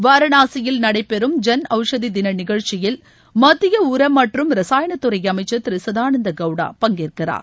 வாரணாசியில் நடைபெறும் ஜன் அவ்ஷ தி தின நிகழ்ச்சியில் மத்திய உர மற்றும் ரசாயனத்துறை அமைச்சர் திரு சதானந்த கவுடா பங்கேற்கிறார்